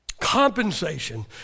compensation